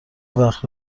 وقت